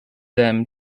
them